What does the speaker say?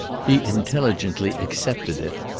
he intelligently accepted it.